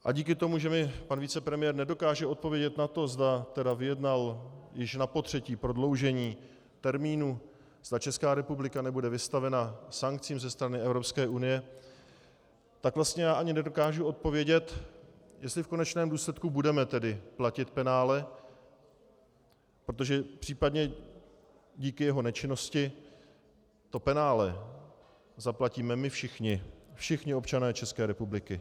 A díky tomu, že mi pan vicepremiér nedokáže odpovědět na to, zda vyjednal již napotřetí prodloužení termínu, zda Česká republika nebude vystavena sankcím ze strany Evropské unie, tak ani nedokážu odpovědět, jestli v konečném důsledku budeme platit penále, protože případně díky jeho nečinnosti penále zaplatíme my všichni, všichni občané České republiky.